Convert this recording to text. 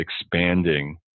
expanding